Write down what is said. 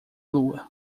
lua